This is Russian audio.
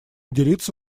делиться